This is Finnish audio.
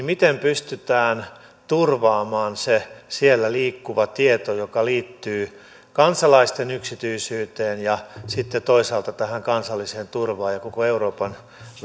miten pystytään turvaamaan se siellä liikkuva tieto joka liittyy kansalaisten yksityisyyteen ja sitten toisaalta kansalliseen turvaan ja koko euroopan